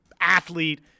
athlete